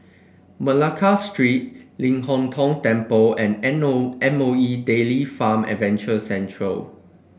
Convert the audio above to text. Malacca Street Ling Hong Tong Temple and M O M O E Dairy Farm Adventure Centre